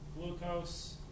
glucose